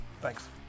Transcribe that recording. Thanks